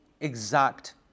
exact